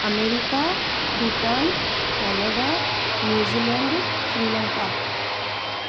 America Bhutan Canada New Zealand Sri Lanka